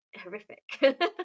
horrific